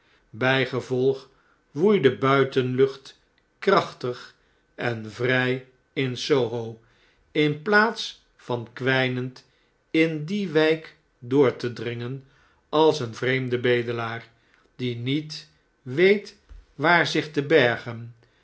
bljgevolg woei de buitenlucht krachtig en vrjj in s o h o in plaats van kwijnend in die wijk door te dringen als een vreemde bedelaar die niet weet waar zich te bergen